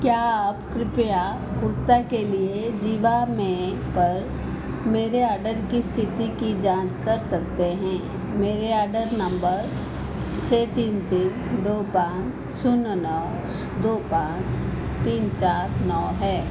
क्या आप कृपया कुर्ते के लिए ज़िवामे पर मेरे आर्डर की स्थिति की जाँच कर सकते हैं मेरे आर्डर नंबर छः तीन तीन दो पाँच शून्य नौ दो पाँच तीन चार नौ है